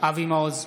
אבי מעוז,